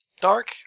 Dark